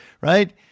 right